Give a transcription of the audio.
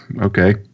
Okay